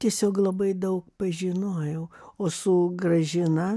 tiesiog labai daug pažinojau o su gražina